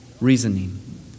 reasoning